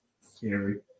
scary